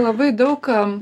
labai daug kam